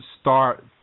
start